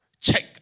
check